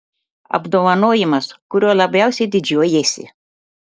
apdovanojimas kuriuo labiausiai didžiuojiesi